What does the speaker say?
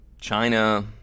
China